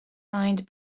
signed